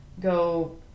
go